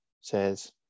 says